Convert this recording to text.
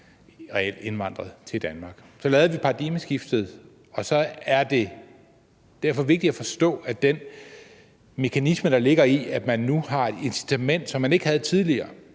reelt indvandret til Danmark. Så lavede vi paradigmeskiftet. Det er vigtigt at forstå den mekanisme, der ligger i, at man nu har et incitament, som man ikke havde tidligere,